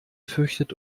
fürchtet